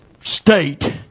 state